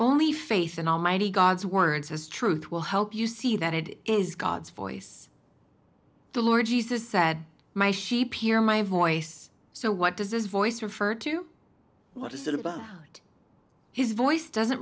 only faith and almighty god's words as truth will help you see that it is god's voice the lord jesus said my sheep hear my voice so what does his voice refer to what is it his voice doesn't